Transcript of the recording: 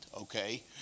okay